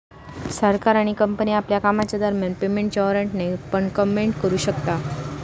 सरकार आणि कंपनी आपल्या कामाच्या दरम्यान पेमेंटच्या वॉरेंटने पण पेमेंट करू शकता